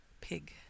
Pig